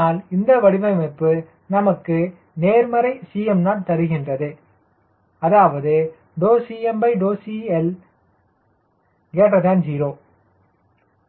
ஆனால் இந்த வடிவமைப்பு நமக்கு நேர்மறை Cmo தருகின்றது அதாவது CmCL 0